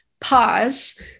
pause